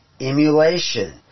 emulation